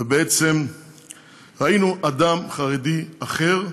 ובעצם ראינו אדם חרדי אחר,